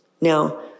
Now